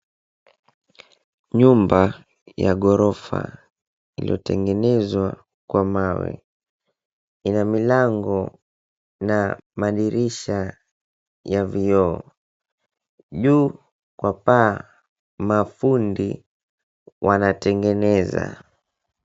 Nyumba ya ghorofa iliyotengeneza kwa mawe ina milango na madirisha ya vioo. Juu kwa paa mafundi wanatengeneza.